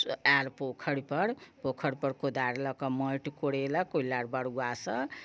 आएल पोखरि पर पोखरि पर कोदारि लऽ कऽ माटि कोड़ेलक ओहिलग बरुआसँ